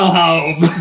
home